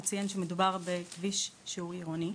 הוא ציין שמדובר בכביש עירוני.